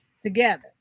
together